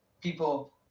people